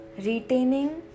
Retaining